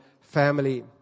Family